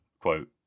quote